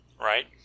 right